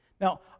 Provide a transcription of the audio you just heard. Now